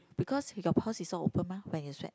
because your pores is all open mah when you sweat